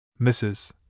Mrs